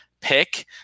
pick